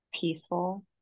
peaceful